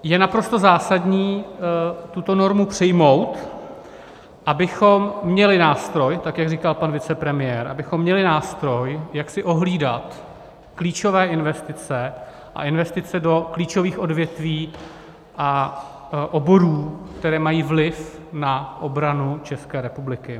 Je naprosto zásadní tuto normu přijmout, abychom měli nástroj, tak jak říkal pan vicepremiér, abychom měli nástroj, jak si i ohlídat klíčové investice a investice do klíčových odvětví a oborů, které mají vliv na obranu České republiky.